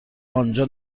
آنجا